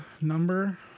number